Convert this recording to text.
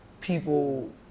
people